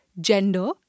gender